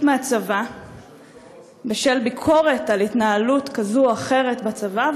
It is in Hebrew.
מהצבא בשל ביקורת על התנהלות כזו או אחרת בצבא,